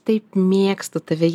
taip mėgstu tavyje